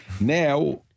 Now